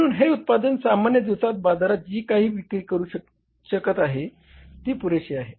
म्हणून हे उत्पादन सामान्य दिवसात बाजारात जी काही विक्री करू शकत आहे ती पुरेशी आहे